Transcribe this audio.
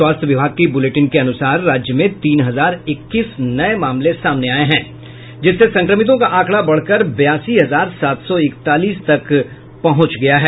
स्वास्थ्य विभाग के बुलेटिन के अनुसार राज्य में तीन हजार इक्कीस नये मामले सामने आये हैं जिससे संक्रमितों का आंकड़ा बढ़कर बयासी हजार सात सौ इकतालीस तक पहुंच गया है